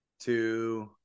two